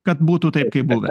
kad būtų taip kaip buvę